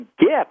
Gift